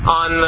on